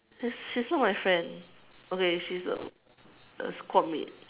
she is she is not my friend okay she is a a squad mate